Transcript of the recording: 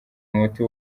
umuti